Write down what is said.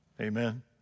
Amen